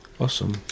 Awesome